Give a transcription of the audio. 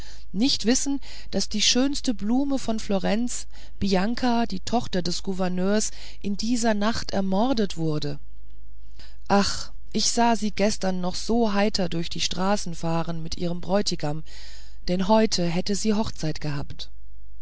nicht wissen daß die schönste blume von florenz bianca die tochter des gouverneurs in dieser nacht ermordet wurde ach ich sah sie gestern noch so heiter durch die straßen fahren mit ihrem bräutigam denn heute hätten sie hochzeit gehabt